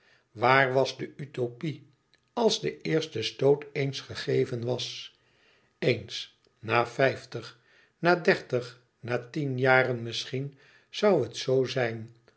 waar was de utopie als de eerste stoot eens gegeven was eéns na vijftig na dertig na tien jaren misschien zoû het zoo zijn